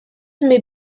may